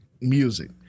music